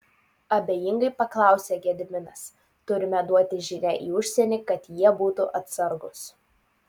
abejingai paklausė gediminas turime duoti žinią į užsienį kad jie būtų atsargūs